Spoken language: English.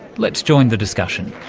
let's join the discussion.